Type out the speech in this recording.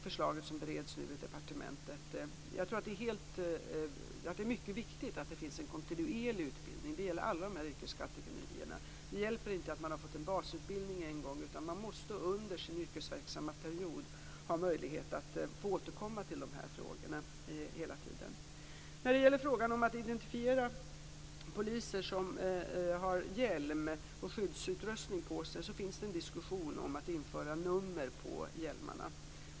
Förslaget bereds nu i departementet. Det är mycket viktigt att det finns en kontinuerlig utbildning. Det gäller alla de här yrkeskategorierna. Det räcker inte att man en gång har fått en basutbildning, utan man måste hela tiden under sin yrkesverksamma period ha möjlighet att återkomma. När det gäller att identifiera poliser som bär hjälm och skyddsutrustning diskuteras ett införande av nummer på hjälmarna.